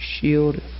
shield